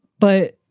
but.